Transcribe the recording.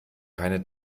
keine